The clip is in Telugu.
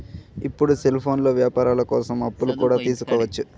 ఇప్పుడు సెల్ఫోన్లో వ్యాపారాల కోసం అప్పులు కూడా తీసుకోవచ్చు